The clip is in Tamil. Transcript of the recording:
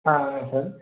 ஆ ஆ சார்